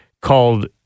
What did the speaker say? called